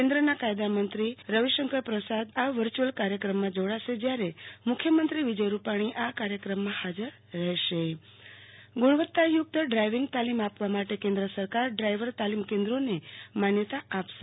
કેન્દ્રના કાયદામંત્રી રવિશંકર પ્રસાદ આ વિર્ય્યુલ ક્રાર્યક્રમમાં જૌડાસે જયારે મુખ્યમંત્રી વિજય રૂપાણી આ કાર્યક્રમમાં હાજર રહેશે આરતી ભદ્દ ડ્રાઈવીંગ તાલીમ કેન્દ્ર ગુણવત્તાયુક્ત ડ્રાઇવિંગ તાલીમ આપવા માદે કેન્દ્ર સરકાર ડ્રાઇવર તાલીમ કેન્દ્રોને માન્યતા આપશે